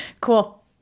Cool